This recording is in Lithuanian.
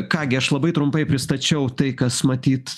ką gi aš labai trumpai pristačiau tai kas matyt